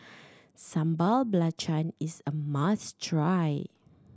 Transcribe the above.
Sambal Belacan is a must try